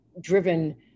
driven